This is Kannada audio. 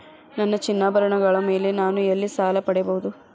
ನನ್ನ ಚಿನ್ನಾಭರಣಗಳ ಮೇಲೆ ನಾನು ಎಲ್ಲಿ ಸಾಲ ಪಡೆಯಬಹುದು?